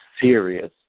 serious